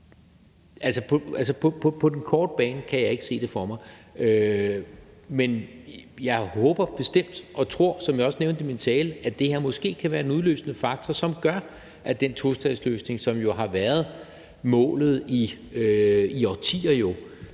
med? På den korte bane kan jeg ikke se det for mig, men jeg håber bestemt og tror, som jeg også nævnte i min tale, at det her måske kan være en udløsende faktor, som gør, at den tostatsløsning, som jo har været målet i årtier,